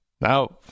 Now